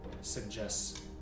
suggests